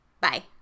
Bye